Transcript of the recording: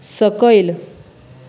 सकयल